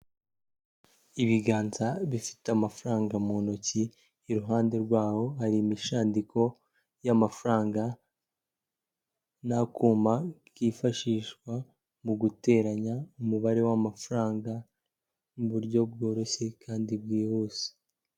Ibiganza bifite amafaranga mu ntoki, iruhande rwabo hari imishandiko y'amafaranga n'akuma kifashishwa mu guteranya umubare w'amafaranga, mu buryo bworoshye kandi bwihuse.